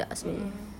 mm mm